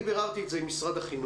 אני ביררתי את זה עם משרד החינוך.